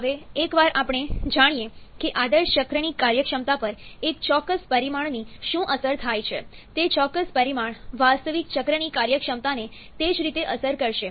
હવે એકવાર આપણે જાણીએ કે આદર્શ ચક્રની કાર્યક્ષમતા પર એક ચોક્કસ પરિમાણની શું અસર થાય છે તે ચોક્કસ પરિમાણ વાસ્તવિક ચક્રની કાર્યક્ષમતાને તે જ રીતે અસર કરશે